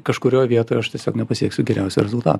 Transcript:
kažkurioj vietoj aš tiesiog nepasieksiu geriausio rezultato